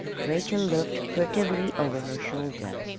rachel looked furtively over her shoulder.